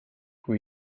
kui